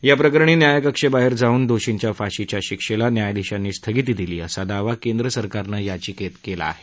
याप्रकरणी न्याय कक्षेबाहेर जाऊन दोषींच्या फाशीच्या शिक्षेला न्यायाधीशांनी स्थगिती दिल्याचा दावा केंद्र सरकारने याचिकेत केला आहे